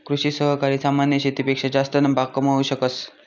कृषि सहकारी सामान्य शेतीपेक्षा जास्त नफा कमावू शकस